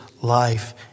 life